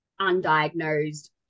undiagnosed